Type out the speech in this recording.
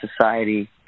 society